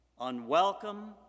unwelcome